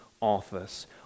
office